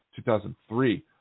2003